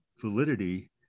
validity